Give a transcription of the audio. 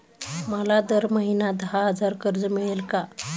मला दर महिना दहा हजार कर्ज मिळेल का?